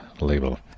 label